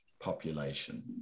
population